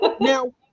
Now